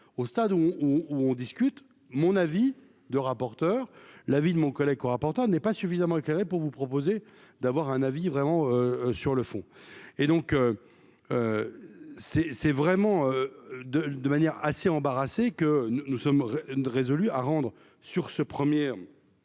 au stade où on discute mon avis de rapporteurs. La vie de mon collègue, co-rapporteur n'est pas suffisamment éclairé pour vous proposer d'avoir un avis vraiment sur le fond, et donc c'est c'est vraiment de de manière assez embarrassé que nous nous sommes résolus à rendre sur ce 1er